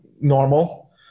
normal